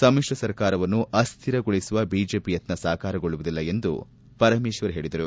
ಸಮ್ನಿತ್ರ ಸರ್ಕಾರವನ್ನು ಅಸ್ತಿರಗೊಳಿಸುವ ಬಿಜೆಪಿ ಯತ್ನ ಸಾಕಾರಗೊಳ್ಳುವುದಿಲ್ಲ ಎಂದು ಪರಮೇಶ್ವರ್ ಹೇಳಿದರು